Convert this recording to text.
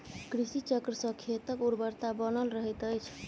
कृषि चक्र सॅ खेतक उर्वरता बनल रहैत अछि